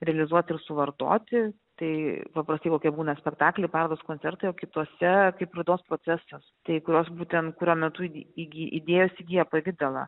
realizuot ir suvartoti tai paprastai kokie būna spektakliai parodos koncertai o kituose kaip raidos procesas tai kurios būtent kuriuo metu i įgy idėjos įgyja pavidalą